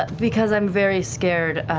but because i'm very scared,